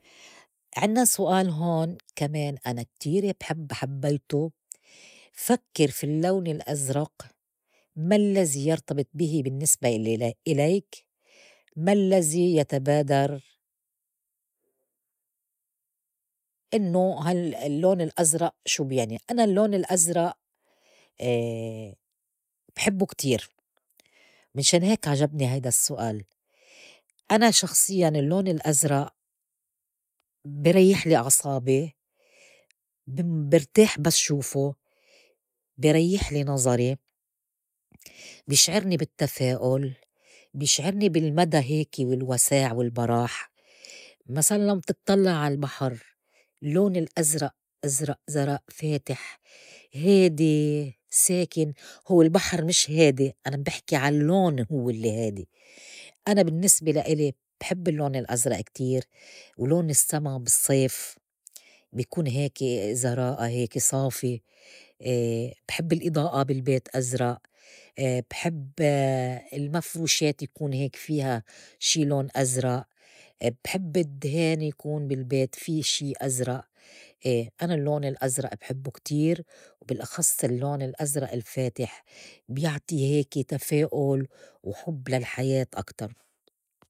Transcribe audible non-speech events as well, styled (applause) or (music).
(hesitation) عنّا سؤال هون كمان أنا كتير بحب حبّيتو فكّر في اللّون الأزرء، ما الّذي يرتبط به بالنسبة لي لا إليك؟ ما الّذي يتبادر؟ إنّو هال الون الأزرء شو بيعني؟ أنا اللّون الأزرء (hesitation) بحبّو كتير مِشان هيك عجبني هيدا السّؤال أنا شخصيّاً اللّون الأزرء بي ريّحلي أعصابي، بم- برتاح بس شوفو، بيريّحلي نظري، بيشعرني بالتّفاؤل، بيشعرني بالمدى هيك والوساع والبراح، مسلاً لماً بتطلّع على البحر لون الأزرء أزرء زراء فاتح هادي ساكن هوّ البحر مش هادي أنا بحكي عاللّون هو اللّي هادي، أنا بالنّسبة لإلي بحب اللّون الأزرء كتير، ولون السّما بالصّيف بيكون هيكة زراء هيكة صافي، (hesitation) بحب الإضاءة بالبيت أزرء، (hesitation) بحب (hesitation) المفروشات يكون هيك فيها شي لون أزرء، (hesitation) بحب الدهان يكون بالبيت في شي أزرء، أي أنا اللّون الأزرء بحبّو كتير وبالأخص اللّون الأزرء الفاتح بيعطي هيكة تفاؤل وحُب للحياة أكتر.